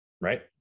right